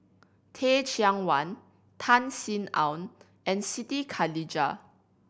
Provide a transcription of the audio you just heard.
Teh Cheang Wan Tan Sin Aun and Siti Khalijah